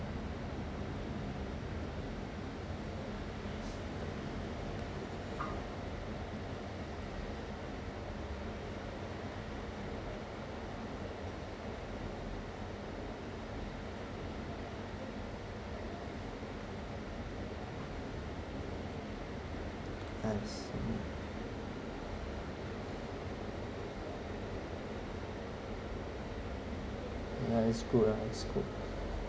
I see ya it's cool lah it's cool